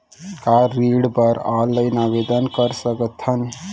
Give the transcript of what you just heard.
का ऋण बर ऑनलाइन आवेदन कर सकथन?